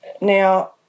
Now